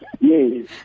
Yes